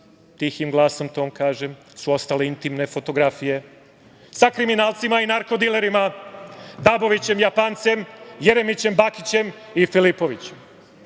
tihim glasom to kažem, su ostale intimne fotografije sa kriminalcima i narkodilerima Dabovićem, Japancem, Jeremićem, Bakićem i Filipovićem.